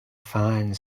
find